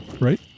right